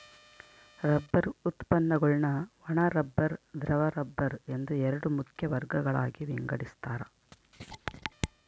rubber ಉತ್ಪನ್ನಗುಳ್ನ ಒಣ rubber ದ್ರವ ರಬ್ಬರ್ ಎಂದು ಎರಡು ಮುಖ್ಯ ವರ್ಗಗಳಾಗಿ ವಿಂಗಡಿಸ್ತಾರ